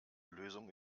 lösung